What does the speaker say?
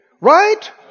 Right